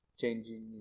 changing